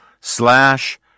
slash